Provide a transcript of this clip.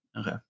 okay